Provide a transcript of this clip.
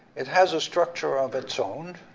it has a structure of its own,